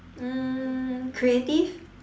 um creative